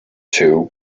two